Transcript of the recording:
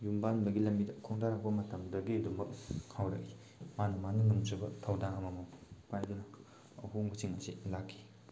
ꯌꯨꯝꯕꯥꯟꯕꯒꯤ ꯂꯝꯕꯤꯗ ꯈꯣꯡꯗꯔꯛꯄ ꯃꯇꯝꯗꯒꯤ ꯑꯗꯨꯝꯃꯛ ꯍꯧꯔꯛꯏ ꯃꯥꯅ ꯃꯥꯅ ꯉꯝꯖꯕ ꯊꯧꯗꯥꯡ ꯑꯃꯃꯝ ꯄꯥꯏꯗꯨꯅ ꯑꯍꯣꯡꯕꯁꯤꯡ ꯑꯁꯤ ꯂꯥꯛꯈꯤ